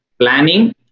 planning